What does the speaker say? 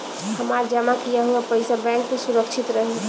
हमार जमा किया हुआ पईसा बैंक में सुरक्षित रहीं?